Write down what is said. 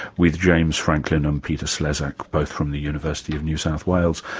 with james franklin and peter slezak, both from the university of new south wales.